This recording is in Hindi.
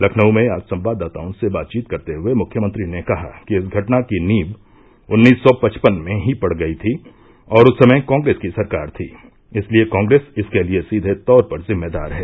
लखनऊ में आज संवाददाताओं से बातचीत करते हुये मुख्यमंत्री ने कहा कि इस घटना की नीव उन्नीस सौ पचपन में ही पड़ गयी थी और उस समय कॉप्रेस की सरकार थी इसलिये कॉप्रेस इसके लिये सीधे तौर पर जिम्मेदार है